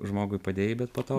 žmogui padėjai bet po to